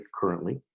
currently